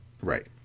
Right